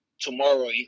tomorrow